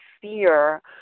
fear